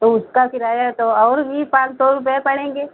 तो उसका किराया तो और भी पाँच सौ रुपये पड़ेंगे